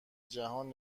جهان